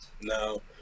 No